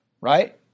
Right